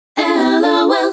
LOL